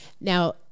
Now